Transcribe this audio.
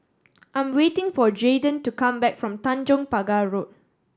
I am waiting for Jaeden to come back from Tanjong Pagar Road